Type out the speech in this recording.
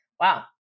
Wow